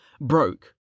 broke